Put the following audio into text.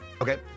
Okay